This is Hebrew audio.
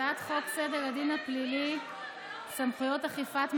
הצעת חוק סדר הדין הפלילי (סמכויות אכיפה,